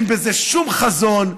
אין בזה שום חזון,